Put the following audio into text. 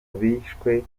bishwe